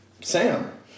Sam